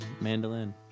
mandolin